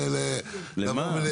למה?